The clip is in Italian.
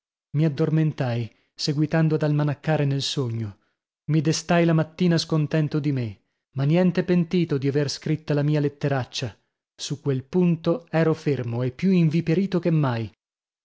mi addormentai seguitando ad almanaccare nel sogno mi destai la mattina scontento di me ma niente pentito di aver scritta la mia letteraccia su quel punto ero fermo e più inviperito che mai